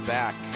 back